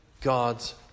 God's